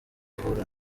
ahura